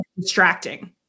distracting